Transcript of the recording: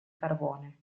carbone